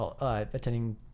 attending